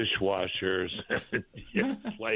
dishwashers